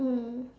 mm